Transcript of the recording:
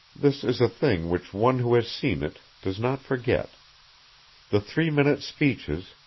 this is a thing which one who has seen it does not forget the three-minute speeches,